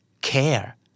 Care